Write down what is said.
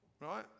right